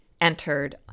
entered